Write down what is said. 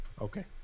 Okay